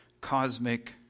cosmic